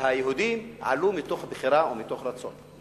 היהודים עלו מתוך בחירה ומתוך רצון.